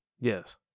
Yes